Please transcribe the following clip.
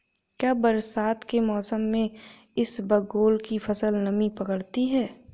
क्या बरसात के मौसम में इसबगोल की फसल नमी पकड़ती है?